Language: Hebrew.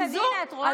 הינה, את רואה.